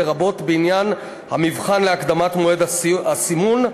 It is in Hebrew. לרבות בעניין המבחן להקדמת מועד הסימון,